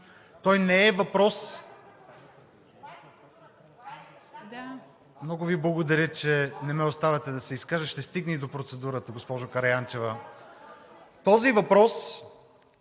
от ГЕРБ-СДС.) Много Ви благодаря, че не ме оставяте да се изкажа. Ще стигна и до процедурата, госпожо Караянчева. Този въпрос